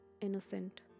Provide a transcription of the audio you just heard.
innocent